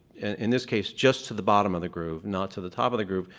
in this case, just to the bottom of the groove, not to the top of the groove,